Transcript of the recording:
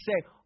say